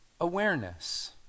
awareness